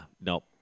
nope